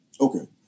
Okay